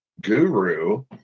guru